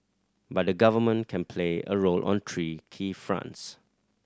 but the Government can play a role on three key fronts